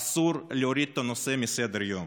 אסור להוריד את הנושא מסדר-היום.